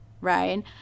right